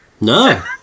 No